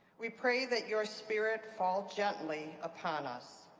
we pray that your spirit fall gently upon us.